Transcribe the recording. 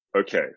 okay